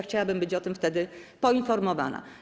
Chciałabym być o tym wtedy poinformowana.